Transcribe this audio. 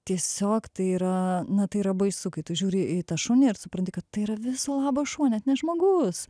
tiesiog tai yra na tai yra baisu kai tu žiūri į tą šunį ir supranti kad tai yra viso labo šuo net ne žmogus